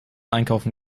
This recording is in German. einkaufen